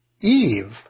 Eve